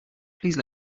please